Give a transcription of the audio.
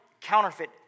counterfeit